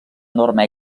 enorme